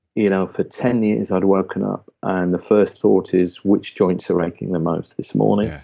you know for ten years i'd woken up and the first thought is, which joints are arching the most this morning? yeah